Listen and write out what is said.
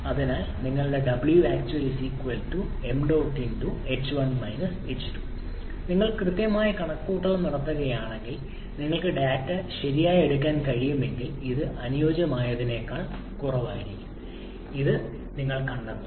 അതിനാൽ നിങ്ങളുടെ Wactual ṁ h1 h2 ' നിങ്ങൾ കൃത്യമായി കണക്കുകൂട്ടൽ നടത്തുകയാണെങ്കിൽ നിങ്ങൾക്ക് ഡാറ്റ ശരിയായി എടുക്കാൻ കഴിയുമെങ്കിൽ ഇത് അനുയോജ്യമായതിനേക്കാൾ കുറവായിരിക്കും എന്ന് നിങ്ങൾ കണ്ടെത്തും